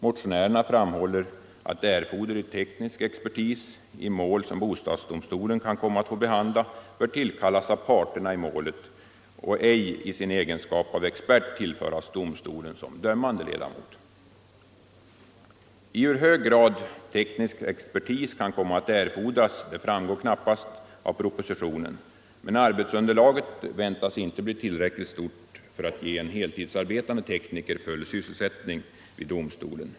Motionärerna framhåller att erforderlig teknisk expertis i mål som bostadsdomstolen kan komma att få behandla bör tillkallas av parterna i målet och ej i sin egenskap av expert tillföras domstolen som dömande ledamot. I hur hög grad teknisk expertis kan komma att erfordras framgår knappast av propositionen, men arbetsunderlaget väntas inte bli tillräckligt 211 stort för att ge en heltidsarbetande tekniker full sysselsättning vid domstolen.